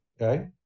Okay